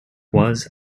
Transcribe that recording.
was